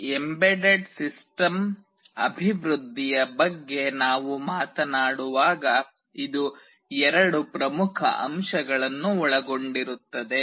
ಈ embedded system ಅಭಿವೃದ್ಧಿಯ ಬಗ್ಗೆ ನಾವು ಮಾತನಾಡುವಾಗ ಇದು ಎರಡು ಪ್ರಮುಖ ಅಂಶಗಳನ್ನು ಒಳಗೊಂಡಿರುತ್ತದೆ